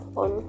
on